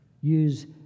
use